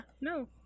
no